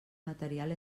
material